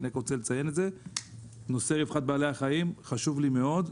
אני רוצה לציין שנושא רווחת בעלי-החיים חשוב לי מאוד.